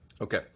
okay